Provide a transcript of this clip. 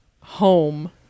home